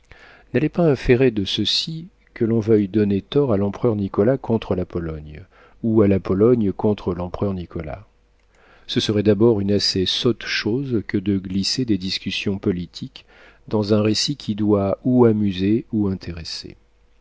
n'allez pas inférer de ceci que l'on veuille donner tort à l'empereur nicolas contre la pologne ou à la pologne contre l'empereur nicolas ce serait d'abord une assez sotte chose que de glisser des discussions politiques dans un récit qui doit ou amuser ou intéresser